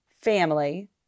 family